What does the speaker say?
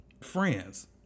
friends